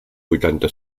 vuitanta